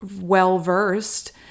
well-versed